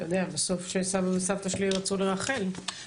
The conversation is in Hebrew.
בסוף כשסבא וסבתא שלי רצו לרכל,